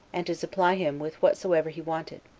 and to supply him with whatsoever he wanted.